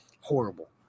horrible